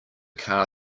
car